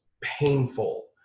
painful